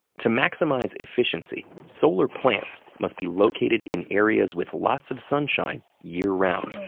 to maximize efficiency, solar plants must be located in areas with lots of sunshine year round,